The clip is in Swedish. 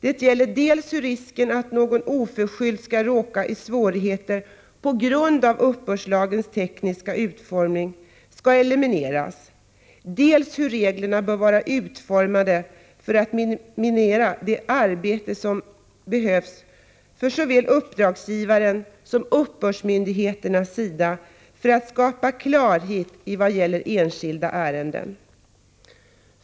Det gäller dels hur risken att någon oförskyllt skall råka i svårigheter på grund av uppbördslagens tekniska utformning skall elimineras, dels hur reglerna bör vara utformade för att minimera det arbete som behövs från såväl uppdragsgivare som uppbördsmyndigheters sida för att skapa klarhet i vad som gäller i enskilda ärenden.